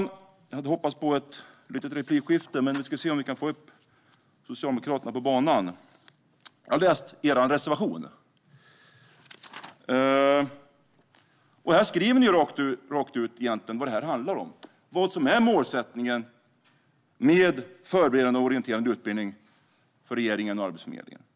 Jag hade hoppats på ett replikskifte, och jag ska se om jag kan få upp socialdemokraterna på banan. Jag har läst er reservation. Ni skriver rätt ut vad det handlar om, vad som är målsättningen med Förberedande och orienterande utbildning för regeringen och Arbetsförmedlingen.